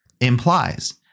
implies